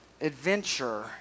adventure